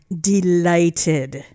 delighted